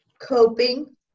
coping